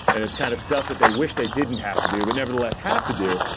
and it's kind of stuff that they wish they didn't have to do, but nevertheless have to do,